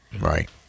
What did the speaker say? right